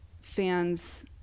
fans